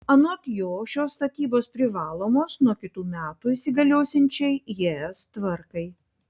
anot jo šios statybos privalomos nuo kitų metų įsigaliosiančiai es tvarkai